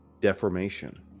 Deformation